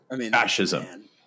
Fascism